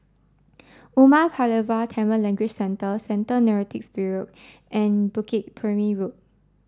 Umar Pulavar Tamil Language Centre Central Narcotics Bureau and Bukit Purmei Road